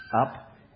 Up